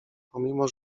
pomimo